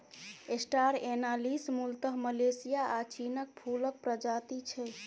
star anise मुलतः Malaysia आ चीनक फुलक प्रजाति छै